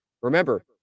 Remember